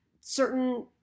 certain